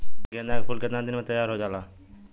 गेंदा के फूल केतना दिन में तइयार हो जाला?